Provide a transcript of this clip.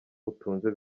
utunze